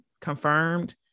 confirmed